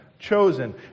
chosen